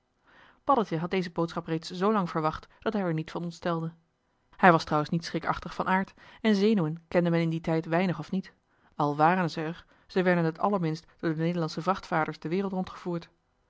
paddeltje had deze boodschap reeds zoolang verwacht dat hij er niet van ontstelde hij was trouwens niet schrikachtig van aard en zenuwen kende men in dien tijd weinig of niet al wàren ze er ze werden het allerminst door de nederlandsche vrachtvaarders de wereld rondgevoerd